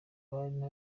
ntari